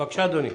בבקשה, אדוני.